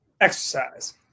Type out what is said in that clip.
exercise